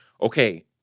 okay